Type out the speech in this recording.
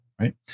right